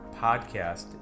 podcast